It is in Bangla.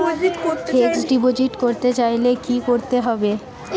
ফিক্সডডিপোজিট করতে চাইলে কি করতে হবে?